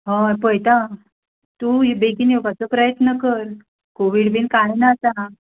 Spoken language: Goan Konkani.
हय पळयता तूं बेगीन येवपाचो प्रयत्न कर कोवीड बी काणून आसा